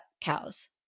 cows